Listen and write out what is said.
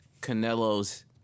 Canelo's